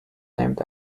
named